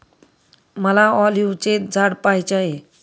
मला ऑलिव्हचे झाड पहायचे आहे